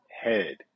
head